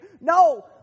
No